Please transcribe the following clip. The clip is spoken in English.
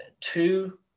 two